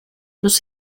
los